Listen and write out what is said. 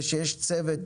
ושיש צוות